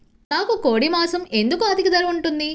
నాకు కోడి మాసం ఎందుకు అధిక ధర ఉంటుంది?